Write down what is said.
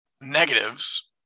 negatives